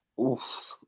Oof